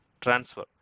Transfer